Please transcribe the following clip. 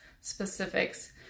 specifics